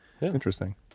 Interesting